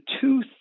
two